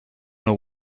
know